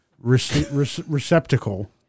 receptacle